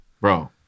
Bro